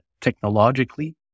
technologically